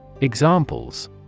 Examples